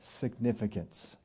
significance